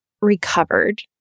recovered